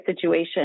situation